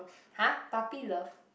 [huh] puppy love